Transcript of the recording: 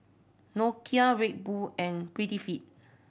Nokia Red Bull and Prettyfit